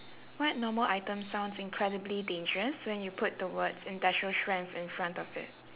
what normal item sounds incredibly dangerous when you put the words industrial strength in front of it